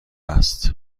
است